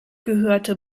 gehörte